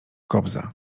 kobza